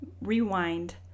rewind